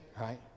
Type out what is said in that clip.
right